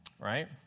right